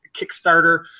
Kickstarter